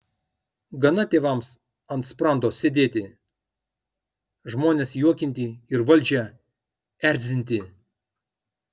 gana tėvams ant sprando sėdėti žmones juokinti ir valdžią erzinti